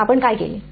मग आपण काय केले